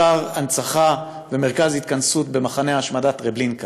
אתר הנצחה ומרכז התכנסות במחנה ההשמדה טרבלינקה.